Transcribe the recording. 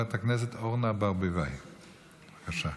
חברת הכנסת אורנה ברביבאי, בבקשה.